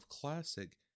classic